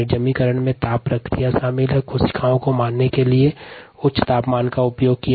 निर्जमिकरण में ताप प्रक्रिया शामिल है जिसमे कोशिका को मारने के लिए उच्च तापमान का उपयोग किया जाता है